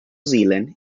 zealand